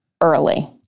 early